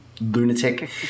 lunatic